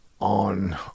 on